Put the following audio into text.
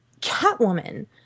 catwoman